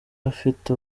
afite